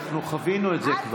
אנחנו כבר חווינו את זה.